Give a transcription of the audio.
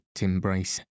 embrace